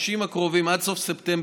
בחודשיים הקרובים, עד סוף ספטמבר,